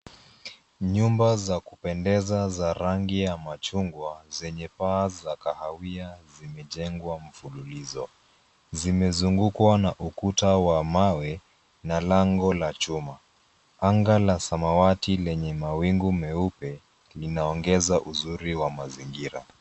Nyumba za kupendeza za rangi ya machungwa zenye paa za kahawia zimejengwa mfululizo, zimezungukwa na ukuta wa mawe na lango la chuma. Anga la samawati lenye mawingu meupe linaongeza uzuri wa mazingira.